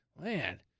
Man